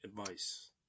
advice